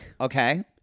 Okay